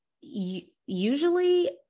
usually